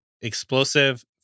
explosive